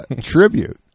tribute